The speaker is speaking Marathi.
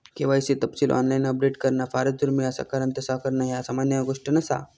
के.वाय.सी तपशील ऑनलाइन अपडेट करणा फारच दुर्मिळ असा कारण तस करणा ह्या सामान्य गोष्ट नसा